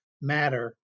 matter